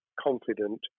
confident